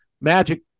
Magic